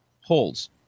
holds